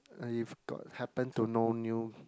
if got happen to know new